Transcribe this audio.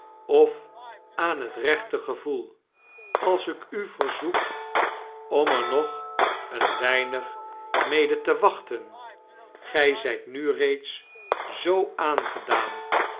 of aan het rechte gevoel als ik u verzoek om er nog een weinig mede te wachten gij zijt nu reeds zoo aangedaan